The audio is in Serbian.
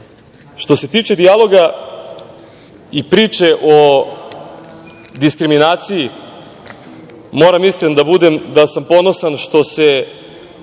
se tiče dijaloga i priče o diskriminaciji, moram iskren da budem da sam ponosan što se